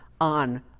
on